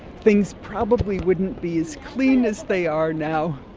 things probably wouldn't be as clean as they are now.